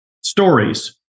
stories